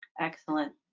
Excellent